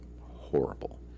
horrible